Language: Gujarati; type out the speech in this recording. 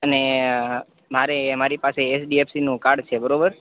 અને મારે એ મારી પાસે એચડીએફસીનું કાર્ડ છે બરોબર